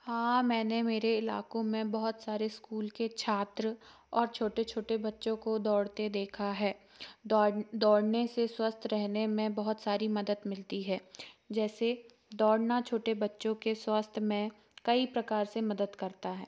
हाँ मैंने मेरे इलाकों में बहुत सारे स्कूल के छात्र और छोटे छोटे बच्चों को दौड़ते देखा है दौड़ दौड़ने से स्वस्थ रहने में बहुत सारी मदद मिलती है जैसे दौड़ना छोटे बच्चों के स्वास्थय में कई प्रकार से मदद करता है